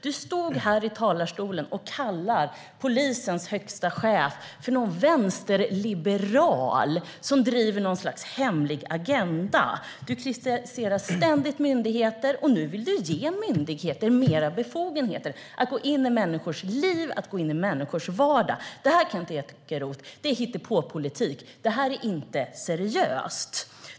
Du stod här i talarstolen och kallade polisens högsta chef för någon vänsterliberal som driver något slags hemlig agenda. Du kritiserar ständigt myndigheter, och nu vill du ge myndigheter mer befogenheter att gå in i människors liv och att gå in i människors vardag. Det här, Kent Ekeroth, är hittepåpolitik. Det här är inte seriöst.